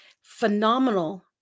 Phenomenal